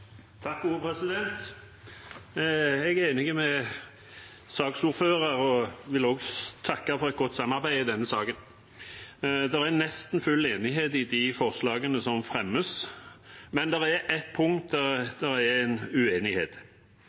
enig med saksordføreren og vil også takke for et godt samarbeid i denne saken. Det er nesten full enighet om de forslagene som fremmes, men på ett punkt er det uenighet.